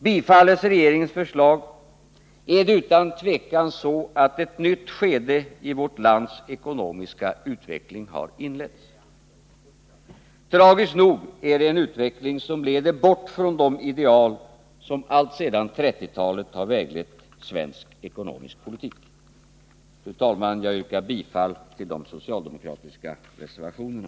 Bifalles regeringens förslag, har utan tvivel ett nytt skede i vårt lands ekonomiska utveckling inletts. Tragiskt nog är det en utveckling som leder bort från de ideal som sedan 1930-talet har väglett svensk ekonomisk politik. Fru talman! Jag yrkar bifall till de socialdemokratiska reservationerna.